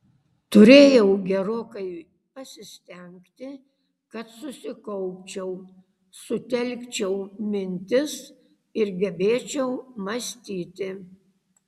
turėjau gerokai pasistengti kad susikaupčiau sutelkčiau mintis ir gebėčiau mąstyti